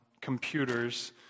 computers